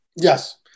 Yes